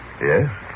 Yes